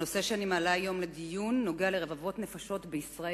הנושא שאני מעלה היום לדיון נוגע לרבבות נפשות בישראל,